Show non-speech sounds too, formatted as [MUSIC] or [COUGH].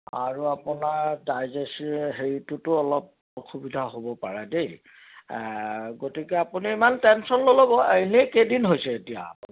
আৰু আপোনাৰ [UNINTELLIGIBLE] হেৰিতোটো অলপ অসুবিধা হ'ব পাৰে দেই গতিকে আপুনি ইমান টেনশ্যন নল'ব এনেই কেইদিন হৈছে এতিয়া [UNINTELLIGIBLE]